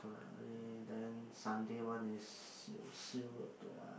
then Sunday one is you the